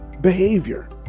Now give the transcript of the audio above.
behavior